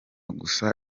gusa